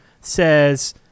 says